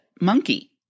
monkey